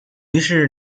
于是